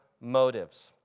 motives